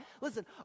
Listen